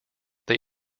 they